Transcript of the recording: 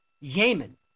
Yemen